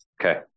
Okay